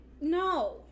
no